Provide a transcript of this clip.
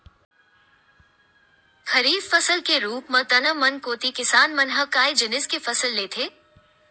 खरीफ फसल के रुप म तुँहर मन कोती किसान मन ह काय जिनिस के फसल लेथे?